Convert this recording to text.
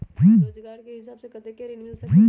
रोजगार के हिसाब से कतेक ऋण मिल सकेलि?